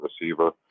receiver